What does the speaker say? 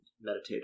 meditate